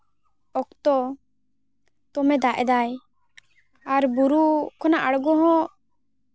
ᱚᱠᱛᱚ ᱫᱚᱢᱮ ᱫᱟᱜ ᱮᱫᱟᱭ ᱟᱨ ᱵᱩᱨᱩ ᱠᱷᱚᱱᱟᱜ ᱟᱬᱜᱚ ᱦᱚᱸ